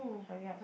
hurry up